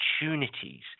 opportunities